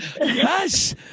Yes